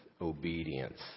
obedience